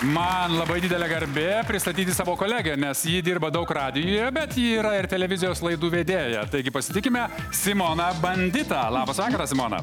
man labai didelė garbė pristatyti savo kolegę nes ji dirba daug radijuje bet yra ir televizijos laidų vedėja taigi pasitikime simoną banditą labas vakaras simona